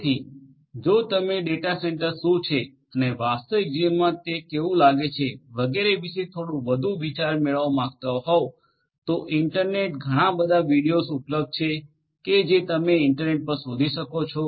તેથી જો તમે ડેટા સેન્ટર શું છે અને વાસ્તવિક જીવનમાં તે કેવું લાગે છે વગેરે વિશે થોડું વધુ વિચાર મેળવવા માંગતા હોવ તો ઇન્ટરનેટ ઘણા બધા વિડિઓઝ ઉપલબ્ધ છે જે તમે ઇન્ટરનેટ પર શોઘી શકો છો